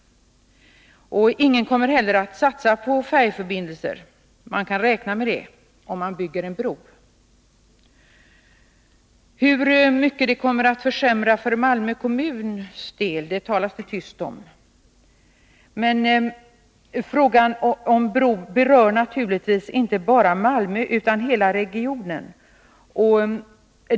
Ingen kommer heller att satsa på färjeförbindelser om man bygger en bro, det kan vi räkna med. Hur mycket en bro kommer att försämra för Malmö kommuns del talas det tyst om. Men frågan om bro berör naturligtvis inte bara Malmö utan hela regionen.